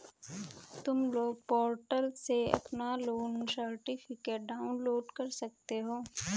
तुम loan portal से अपना लोन सर्टिफिकेट डाउनलोड कर सकते हो